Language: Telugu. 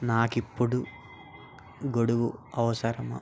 నాకు ఇప్పుడు గొడుగు అవసరమా